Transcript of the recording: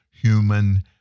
human